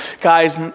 Guys